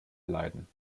erleiden